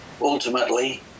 ultimately